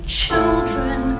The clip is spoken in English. children